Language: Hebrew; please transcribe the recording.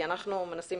כי אנחנו מנסים